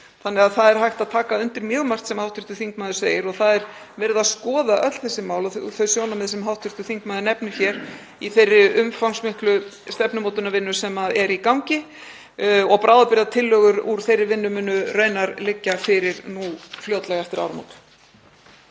gallalaus. Því er hægt að taka undir mjög margt sem hv. þingmaður segir. Það er verið að skoða öll þessi mál og þau sjónarmið sem hv. þingmaður nefnir hér í þeirri umfangsmiklu stefnumótunarvinnu sem er í gangi. Bráðabirgðatillögur úr þeirri vinnu munu raunar liggja fyrir fljótlega eftir áramót.